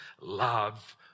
love